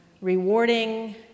rewarding